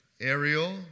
Ariel